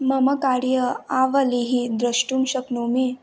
मम कार्य आवलिः द्रष्टुं शक्नोमि